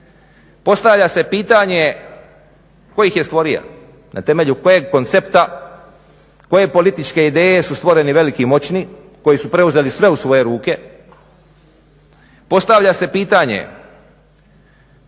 postavlja se pitanje tko ih je stvorio, na temelju kojeg koncepta, koje političke ideje su stvoreni veliki moćni koji su preuzeli sve u svoje ruke. Postavlja se pitanje